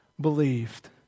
believed